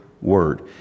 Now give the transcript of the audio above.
word